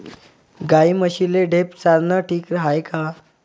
गाई म्हशीले ढेप चारनं ठीक हाये का?